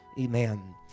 Amen